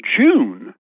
june